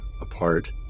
apart